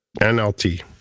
NLT